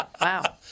Wow